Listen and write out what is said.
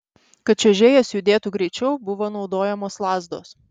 kad čiuožėjas judėtų greičiau buvo naudojamos lazdos